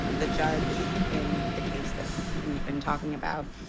the judge in the case that we've been talking about,